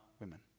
women